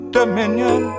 dominion